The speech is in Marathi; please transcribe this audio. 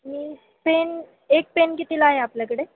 मी पेन एक पेन कितीला आहे आपल्याकडे